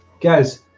Guys